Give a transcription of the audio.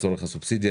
לצורך הסובסידיה,